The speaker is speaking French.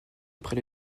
après